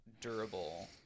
durable